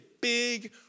big